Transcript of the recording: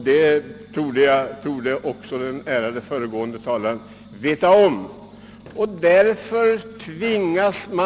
Den saken torde också den föregående ärade talaren känna till.